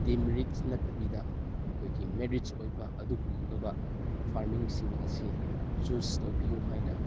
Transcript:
demerits ꯅꯠꯇꯕꯤꯗ ꯑꯩꯈꯣꯏꯒꯤ merits ꯑꯣꯏꯕ ꯑꯗꯨꯒꯨꯝꯂꯕ ꯐꯥꯔꯃꯤꯡꯁꯤꯡ ꯑꯁꯦ ꯆꯨꯁ ꯇꯧꯕꯤꯌꯨ ꯍꯥꯏꯅ